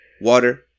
water